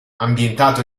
ambientato